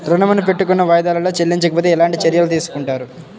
ఋణము పెట్టుకున్న వాయిదాలలో చెల్లించకపోతే ఎలాంటి చర్యలు తీసుకుంటారు?